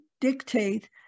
dictate